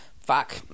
fuck